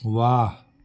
वाह